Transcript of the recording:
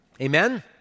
Amen